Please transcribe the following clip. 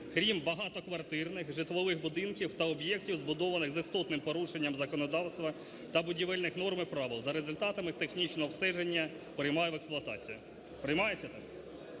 крім багатоквартирних житлових будинків та об'єктів, збудованих з істотним порушенням законодавства та будівельних норм і правил, за результатами технічного обстеження приймаю в експлуатацію". Приймається так?